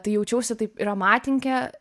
tai jaučiausi taip ir amatininke